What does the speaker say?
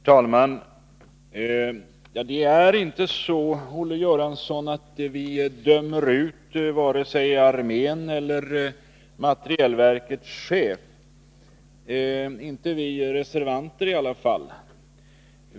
Herr talman! Det är inte så, Olle Göransson, att vi dömer ut vare sig armén eller materielverkets chef — i alla fall inte vi reservanter.